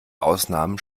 ausnahmen